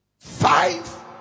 Five